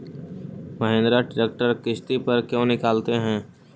Mahindra tractor किसति पर क्यों निकालते हैं?